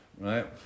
Right